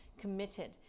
committed